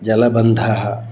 जलबन्धः